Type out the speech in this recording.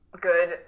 good